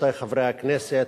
רבותי חברי הכנסת,